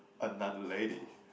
another lady